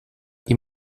ihm